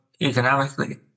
economically